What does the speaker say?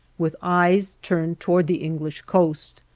with eyes turned towards the english coast.